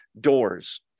Doors